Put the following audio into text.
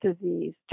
disease